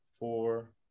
Four